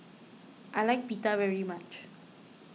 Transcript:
I like Pita very much